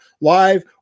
live